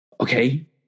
Okay